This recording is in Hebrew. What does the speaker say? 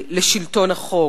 לשלטון החוק.